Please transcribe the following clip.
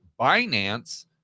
binance